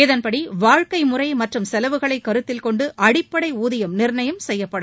இதன்படி வாழ்க்கை முறை மற்றும் கெலவுகளை கருத்தில் கொண்டு அடிப்படை ஊதியம் நிர்ணயம் செய்யப்படும்